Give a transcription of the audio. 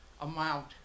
amount